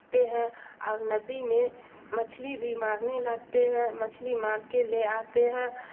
تے ہیں اور ندی میں مچھلی بھی مارنے لگتے ہیں مچھلی مار کے لے آتے ہیں